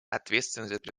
ответственность